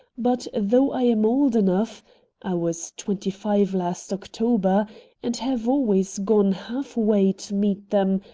but, though i am old enough i was twenty-five last october and have always gone half-way to meet them,